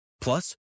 Plus